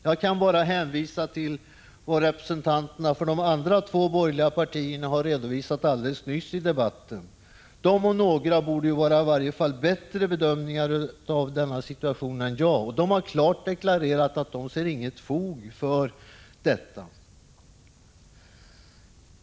Jag kan bara hänvisa till vad representanterna för de andra två borgerliga partierna sagt alldeles nyss — de om några borde ju kunna sägas vara bättre bedömare av denna situation än jag-— och de har klart deklarerat att det inte finns fog för något misstänkliggörande.